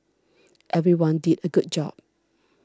everyone did a good job